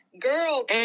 girl